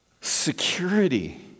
security